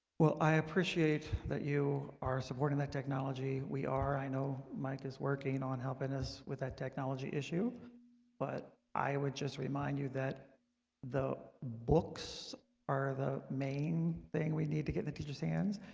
well, i appreciate that. you are supporting that technology we are i know mike is working on helping us with that technology issue but i would just remind you that the books are the main thing we need to get in teachers hands.